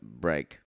break